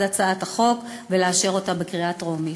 הצעת החוק ולאשר אותה בקריאה טרומית.